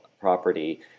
property